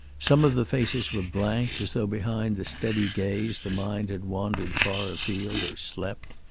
some of the faces were blank, as though behind the steady gaze the mind had wandered far afield, or slept.